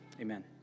Amen